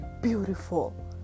beautiful